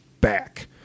back